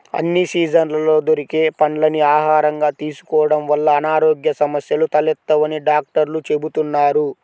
అన్ని సీజన్లలో దొరికే పండ్లని ఆహారంగా తీసుకోడం వల్ల అనారోగ్య సమస్యలు తలెత్తవని డాక్టర్లు చెబుతున్నారు